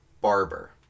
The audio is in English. Barber